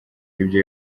ibyo